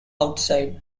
outside